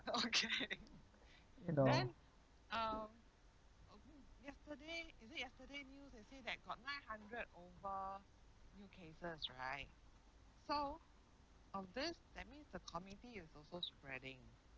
you know